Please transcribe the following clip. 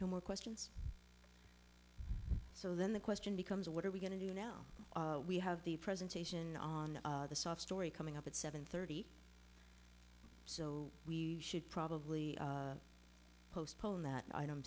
no more questions so then the question becomes what are we going to do now we have the presentation on the soft story coming up at seven thirty so we should probably postpone that i